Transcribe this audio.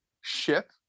ship